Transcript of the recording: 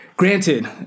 Granted